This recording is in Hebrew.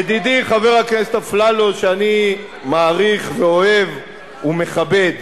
ידידי חבר הכנסת אפללו, שאני מעריך ואוהב ומכבד,